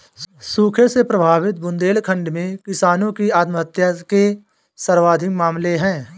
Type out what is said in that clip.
सूखे से प्रभावित बुंदेलखंड में किसानों की आत्महत्या के सर्वाधिक मामले है